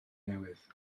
newydd